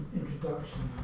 introduction